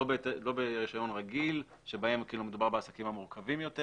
לא ברישיון רגיל שאלה הם העסקים המורכבים יותר